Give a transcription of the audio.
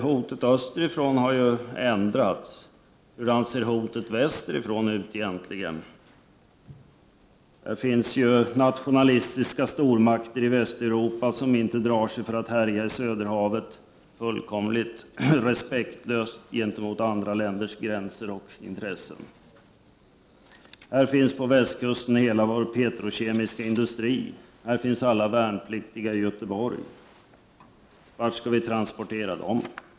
Hotet österifrån har ju förändrats, men hur ser hotet västerifrån egentligen ut? Det finns nationalistiska stormakter i Västeuropa som inte drar sig för att härja i Söderhavet helt utan respekt för andra länders gränser och intressen. På västkusten finns hela vår petrokemiska industri och alla värnpliktiga i Göteborg. Vart skall vi transportera dem?